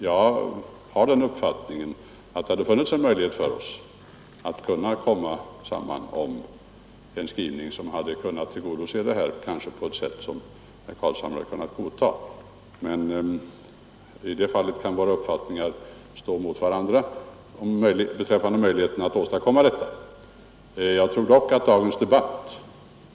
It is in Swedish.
Jag har den uppfattningen att det hade funnits en möjlighet för oss att enas om en skrivning, som kunnat tillgodose denna möjlighet på ett sätt som även herr Carlshamre kunnat godta. Men beträffande möjligheterna att åstadkomma detta står våra uppfattningar emot varandra.